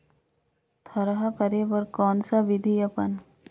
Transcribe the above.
थरहा करे बर कौन सा विधि अपन?